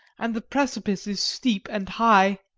and the precipice is steep and high.